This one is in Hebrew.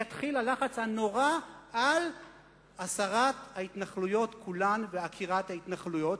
יתחיל הלחץ הנורא על הסרת ההתנחלויות כולן ועקירת ההתנחלויות,